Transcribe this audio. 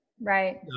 Right